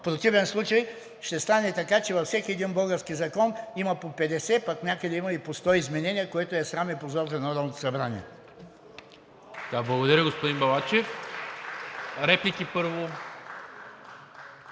В противен случай ще стане така, че във всеки един български закон има по 50, а пък някъде има и по 100 изменения, което е срам и позор за Народното събрание.